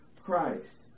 Christ